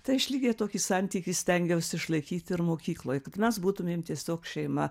tai aš lygiai tokį santykį stengiausi išlaikyti ir mokykloj kad mes būtumėm tiesiog šeima